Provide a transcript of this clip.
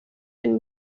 and